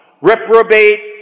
Reprobate